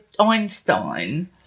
Einstein